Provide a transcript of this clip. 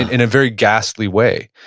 in a very ghastly way.